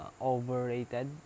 overrated